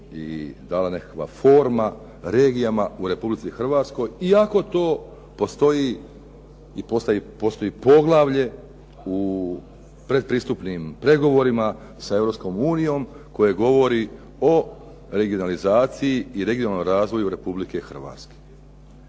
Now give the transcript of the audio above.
i dala nekakva forma regijama u RH iako to postoji i postoji poglavlje u predpristupnim pregovorima sa EU koje govori o regionalizaciji i regionalnom razvoju RH. Kada ovdje